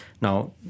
Now